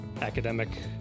academic